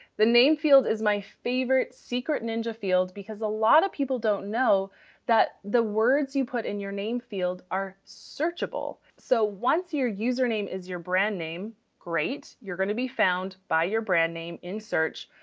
the name field is my favorite secret ninja field because a lot of people don't know that the words you put in your name field are searchable. so once your username is your brand name, great, you're going to be found by your brand name in search,